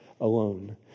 alone